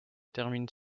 termine